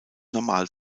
normal